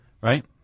right